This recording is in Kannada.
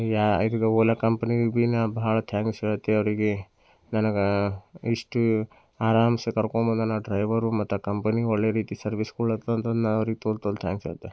ಯಾ ಹೋಗ್ತಿದ್ದೆ ಓಲಾ ಕಂಪ್ನೀ ಭೀ ನ ಬಹಳ ಥ್ಯಾಂಕ್ಸ್ ಹೇಳ್ತೀನಿ ಅವರಿಗೆ ನನಗೆ ಇಷ್ಟು ಆರಾಮ್ಸೆ ಕರ್ಕೊಂಡ್ಬಂದು ನನ್ನ ಡ್ರೈವರು ಮತ್ತು ಆ ಕಂಪ್ನೀ ಒಳ್ಳೆ ರೀತಿ ಸರ್ವೀಸ್ ಕೊಡ್ಲಾತ್ತಾರ ಅಂತಂದು ನಾನು ಅವರಿಗೆ ತೋಳ್ ತೋಳ್ ಥ್ಯಾಂಕ್ಸ್ ಹೇಳ್ತೇನೆ